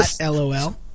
LOL